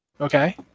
Okay